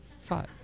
Five